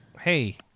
Hey